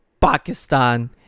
Pakistan